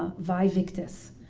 ah vie victus.